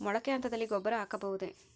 ಮೊಳಕೆ ಹಂತದಲ್ಲಿ ಗೊಬ್ಬರ ಹಾಕಬಹುದೇ?